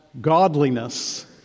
godliness